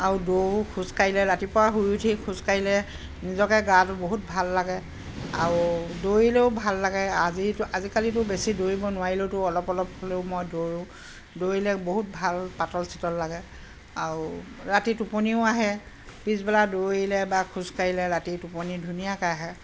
আৰু দৌৰোঁ খোজকাঢ়িলে ৰাতিপুৱা শুই উঠি খোজকাঢ়িলে নিজকে গাটো বহুত ভাল লাগে আৰু দৌৰিলেও ভাল লাগে আজিতো আজিকালিতো বেছি দৌৰিব নোৱাৰিলেওতো অলপ অলপ হ'লেও মই দৌৰোঁ দৌৰিলে বহুত ভাল পাতল চিতল লাগে আৰু ৰাতি টোপনিও আহে পিছবেলা দৌৰিলে বা খোজকাঢ়িলে ৰাতি টোপনি ধুনীয়াকৈ আহে